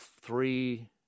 three